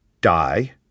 die